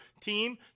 team